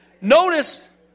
Notice